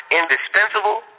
indispensable